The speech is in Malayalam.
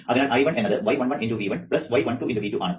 അതിനാൽ I1 എന്നത് y11 × V1 y12 x V2 ആണ്